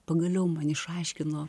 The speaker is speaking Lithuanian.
pagaliau man išaiškino